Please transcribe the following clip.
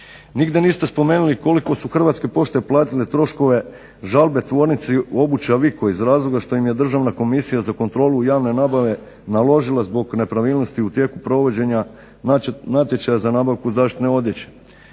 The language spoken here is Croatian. Nigdje niste spomenuli koliko su Hrvatske pošte platile troškove žalbe tvornici … /Govornik se ne razumije./… iz razloga što im je Državna komisija za kontrolu javne nabave naložila zbog nepravilnosti u tijeku provođenja natječaja za nabavku zaštitne odjeće.